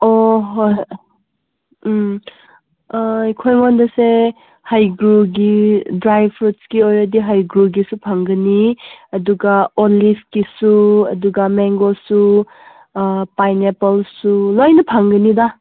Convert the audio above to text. ꯑꯣ ꯍꯣꯏ ꯍꯣꯏ ꯎꯝ ꯑꯥ ꯑꯩꯈꯣꯏ ꯉꯣꯟꯗꯁꯦ ꯍꯩꯒ꯭ꯔꯨꯒꯤ ꯗ꯭ꯔꯥꯏ ꯐꯨꯗꯀꯤ ꯑꯣꯏꯔꯗꯤ ꯍꯩꯒ꯭ꯔꯨꯒꯤꯁꯨ ꯐꯪꯒꯅꯤ ꯑꯗꯨꯒ ꯑꯣꯟꯂꯤꯕꯀꯤꯁꯨ ꯑꯗꯨꯒ ꯃꯦꯡꯒꯣꯁꯨ ꯄꯥꯏꯅꯦꯄꯜꯁꯨ ꯂꯣꯏꯅ ꯐꯪꯒꯅꯤꯗ